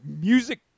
music